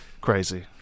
crazy